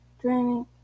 draining